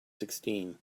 sixteen